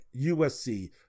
USC